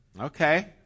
Okay